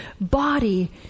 body